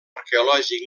arqueològic